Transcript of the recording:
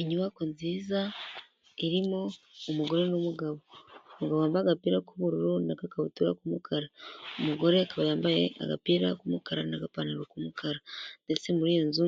Inyubako nziza, irimo umugore n'umugabo, umugabo wambaye agapira k'ubururu n'agakabutura k'umukara, umugore akaba yambaye agapira k'umukara n'agapantaro k'umukara ndetse muri iyo nzu